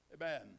Amen